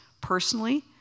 personally